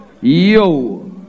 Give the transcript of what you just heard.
Yo